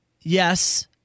yes